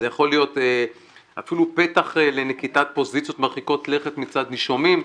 זה יכול להיות אפילו פתח לנקיטת פוזיציות מרחיקות לכת מצד נישומים.